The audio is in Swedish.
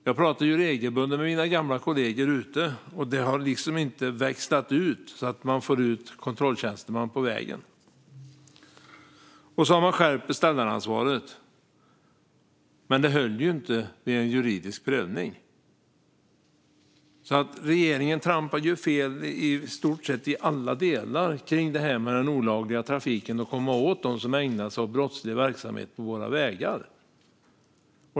Jag pratar regelbundet med mina gamla kollegor. Detta har liksom inte gjort att man får ut kontrolltjänstemän på vägen. Man har skärpt beställaransvaret, men det höll inte vid en juridisk prövning. Regeringen trampar i stort sett fel i alla delar kring den olagliga trafiken och när det gäller att komma åt dem som ägnar sig åt brottslig verksamhet på våra vägar.